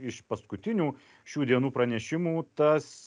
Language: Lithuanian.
iš paskutinių šių dienų pranešimų tas